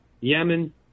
Yemen